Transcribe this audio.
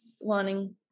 wanting